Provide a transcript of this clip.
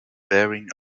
bearing